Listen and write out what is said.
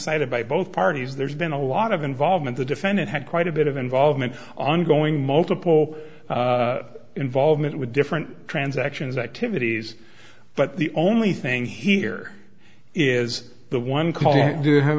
cited by both parties there's been a lot of involvement the defendant had quite a bit of involvement ongoing multiple involvement with different transactions activities but the only thing here is the one call